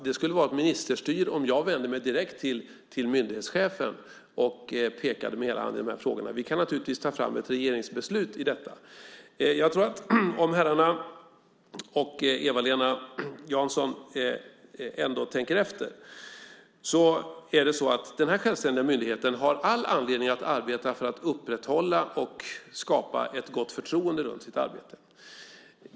Det skulle vara ministerstyre om jag vände mig direkt till myndighetschefen och pekade med hela handen i dessa frågor. Vi kan naturligtvis ta fram ett regeringsbeslut i fråga om detta. Om herrarna och Eva-Lena Jansson ändå tänker efter har denna självständiga myndighet all anledning att arbeta för att upprätthålla och skapa ett gott förtroende runt sitt arbete.